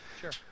sure